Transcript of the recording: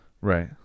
Right